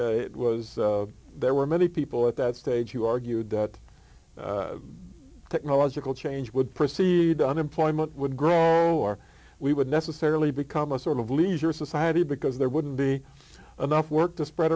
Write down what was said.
yes it was there were many people at that stage who argued that technological change would precede unemployment would grow or we would necessarily become a sort of leisure society because there wouldn't be enough work to spread